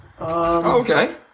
Okay